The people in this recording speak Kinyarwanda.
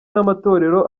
n’amatorero